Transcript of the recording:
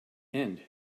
end